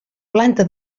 planta